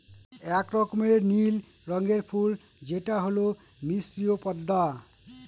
এক রকমের নীল রঙের ফুল যেটা হল মিসরীয় পদ্মা